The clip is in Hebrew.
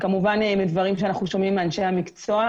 וכמובן מדברים שאנחנו שומעים על-ידי אנשי המקצוע,